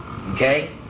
Okay